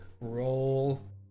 roll